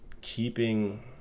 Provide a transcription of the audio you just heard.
keeping